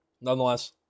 Nonetheless